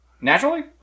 Naturally